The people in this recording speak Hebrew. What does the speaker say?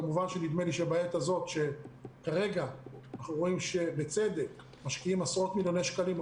כרגע אנחנו רואים שלפני פסח משקיעים עשרות מיליוני שקלים,